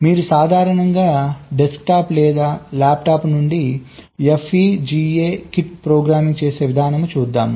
మీరు సాధారణంగా డెస్క్టాప్ లేదా ల్యాప్టాప్ నుండి FPGA కిట్లో ప్రోగ్రామింగ్ చేసే విధానం చూద్దాం